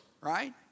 right